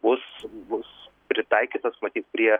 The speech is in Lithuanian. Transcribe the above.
bus bus pritaikytas matyt prie